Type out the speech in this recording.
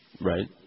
Right